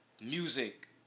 music